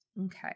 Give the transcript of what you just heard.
Okay